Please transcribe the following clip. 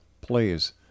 Please